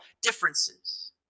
differences